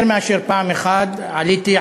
יותר מפעם אחת עליתי,